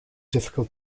difficult